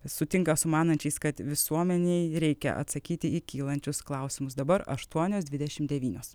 sutinka su manančiais kad visuomenei reikia atsakyti į kylančius klausimus dabar aštuonios dvidešimt devynios